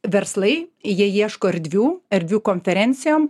verslai jie ieško erdvių erdvių konferencijom